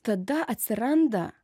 tada atsiranda